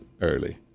early